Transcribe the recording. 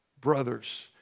brothers